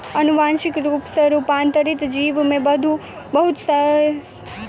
अनुवांशिक रूप सॅ रूपांतरित जीव में बहुत शारीरिक गुण होइत छै